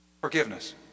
Forgiveness